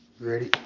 Ready